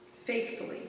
faithfully